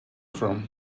from